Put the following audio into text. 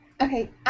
Okay